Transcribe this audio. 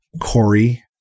Corey